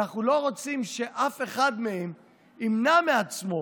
אנחנו לא רוצים שאף אחד מהם ימנע מעצמו